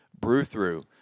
brew-through